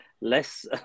less